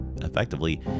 effectively